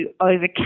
overcome